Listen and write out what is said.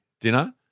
dinner